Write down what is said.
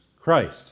Christ